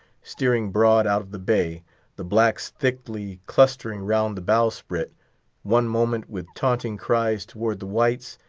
steering broad out of the bay the blacks thickly clustering round the bowsprit, one moment with taunting cries towards the whites,